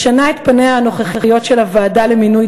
משנה את פניה הנוכחיות של הוועדה למינוי